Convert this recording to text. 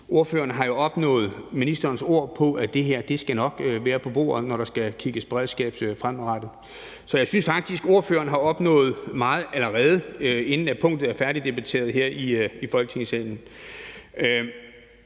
Ordføreren har jo opnået ministerens ord på, at det her nok skal være på bordet, når der skal kigges på beredskab fremadrettet. Så jeg synes faktisk, at ordføreren har opnået meget allerede, inden punktet er færdigdebatteret her i Folketingssalen.